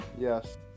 Yes